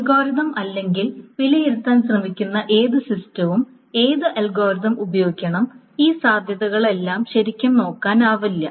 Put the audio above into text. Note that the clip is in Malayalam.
അൽഗോരിതം അല്ലെങ്കിൽ വിലയിരുത്താൻ ശ്രമിക്കുന്ന ഏത് സിസ്റ്റവും ഏത് അൽഗോരിതം ഉപയോഗിക്കണം ഈ സാധ്യതകളെല്ലാം ശരിക്കും നോക്കാനാവില്ല